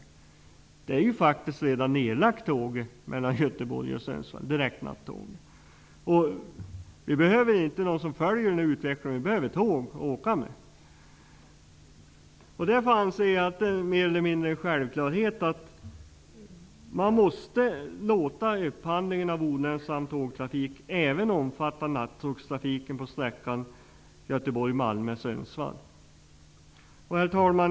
Sundsvall är ju faktiskt redan nedlagd. Vi behöver inte någon som följer utvecklingen, utan vi behöver tåg att åka med. Därför anser jag att det mer eller mindre är en självklarhet att man måste låta upphandlingen av olönsam tågtrafik även omfatta nattågstrafiken på sträckan Herr talman!